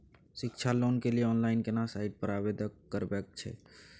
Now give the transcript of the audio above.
शिक्षा लोन के लिए ऑनलाइन केना साइट पर आवेदन करबैक छै?